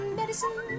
medicine